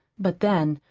but then,